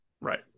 Right